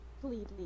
completely